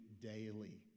daily